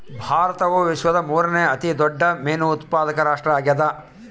ಭಾರತವು ವಿಶ್ವದ ಮೂರನೇ ಅತಿ ದೊಡ್ಡ ಮೇನು ಉತ್ಪಾದಕ ರಾಷ್ಟ್ರ ಆಗ್ಯದ